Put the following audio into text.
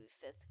fifth